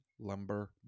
lumber